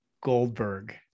Goldberg